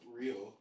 real